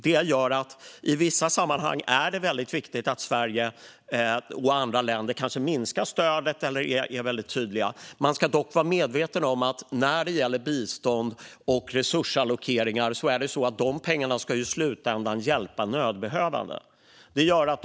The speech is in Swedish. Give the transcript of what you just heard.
Detta gör att det i vissa sammanhang är väldigt viktigt att Sverige och andra länder kanske minskar stödet eller är väldigt tydligt. Man ska dock vara medveten om att när det gäller bistånd och resursallokeringar ska pengarna i slutändan hjälpa nödställda och behövande.